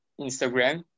Instagram